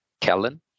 Kellen